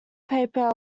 paper